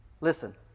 listen